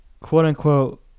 quote-unquote